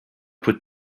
put